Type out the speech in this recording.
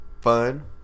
Fun